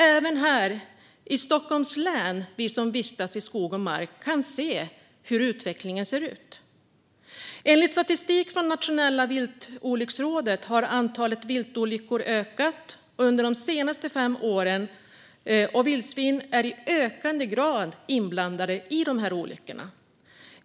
Även här i Stockholms län kan vi som vistas i skog och mark se hur utvecklingen ser ut. Enligt statistik från Nationella viltolycksrådet har antalet viltolyckor ökat under de senaste fem åren, och vildsvin är i ökande grad inblandade i de här olyckorna.